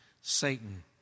Satan